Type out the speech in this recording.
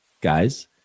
guys